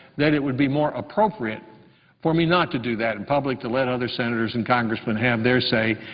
that it would be more appropriate for me not to do that in public, to let other senators and congressmen have their say.